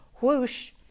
whoosh